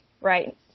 right